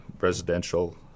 residential